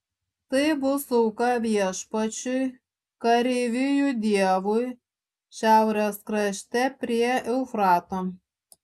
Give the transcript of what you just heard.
tai bus auka viešpačiui kareivijų dievui šiaurės krašte prie eufrato